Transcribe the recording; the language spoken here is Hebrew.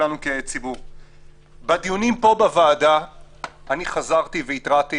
בדיונים בוועדה חזרתי והתרעתי